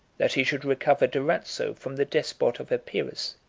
that he should recover durazzo from the despot of epirus.